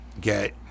get